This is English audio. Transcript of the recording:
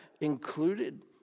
included